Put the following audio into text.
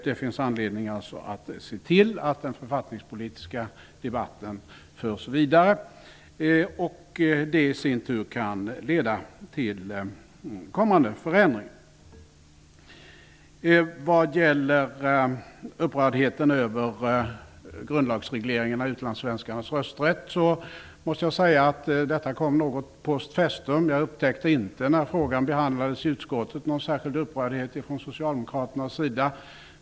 Det finns alltså anledning att se till att den författningspolitiska debatten förs vidare -- det kan i sin tur leda till kommande förändringar. Vad gäller upprördheten över grundlagsregleringen av utlandssvenskarnas rösträtt, måste jag säga att den kom post festum. När frågan behandlades i utskottet upptäckte jag inte någon särskild upprördhet från socialdemokraternas sida.